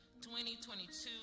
2022